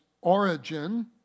origin